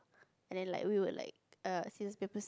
and then like we would like err scissors paper